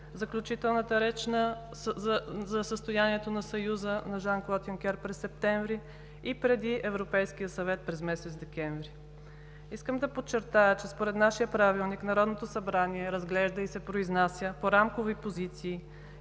заключителната реч за състоянието на Съюза на Жан-Клод Юнкер през септември и преди Европейския съвет през месец декември. Искам да подчертая, че според нашия Правилник Народното събрание разглежда и се произнася по рамкови позиции,